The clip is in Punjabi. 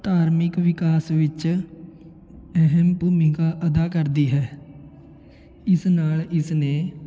ਧਾਰਮਿਕ ਵਿਕਾਸ ਵਿੱਚ ਅਹਿਮ ਭੂਮਿਕਾ ਅਦਾ ਕਰਦੀ ਹੈ ਇਸ ਨਾਲ ਇਸ ਨੇ